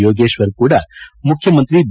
ಯೋಗೇಶ್ವರ್ ಕೂಡಾ ಮುಖ್ಯಮಂತ್ರಿ ಬಿ